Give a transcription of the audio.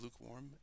lukewarm